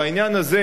בעניין הזה